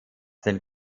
den